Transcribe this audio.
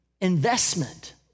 investment